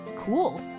Cool